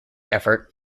effort